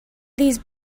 these